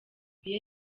iyo